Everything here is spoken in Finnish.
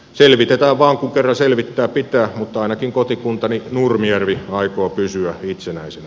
selvitetään vain kun kerran selvittää pitää mutta ainakin kotikuntani nurmijärvi aikoo pysyä itsenäisenä